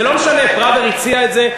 זה לא משנה, פראוור הציע את זה.